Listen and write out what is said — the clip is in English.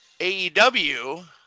AEW